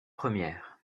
première